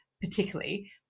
particularly